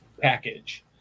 package